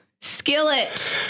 Skillet